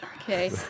Okay